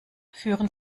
führen